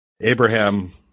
Abraham